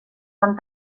van